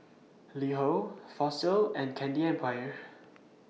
LiHo Fossil and Candy Empire